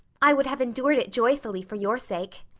i would have endured it joyfully for your sake.